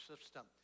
system